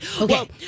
Okay